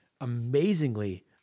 amazingly